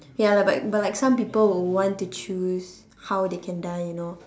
ya like but but like some people would want to choose how they can die you know